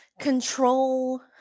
control